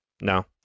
No